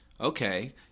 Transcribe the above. Okay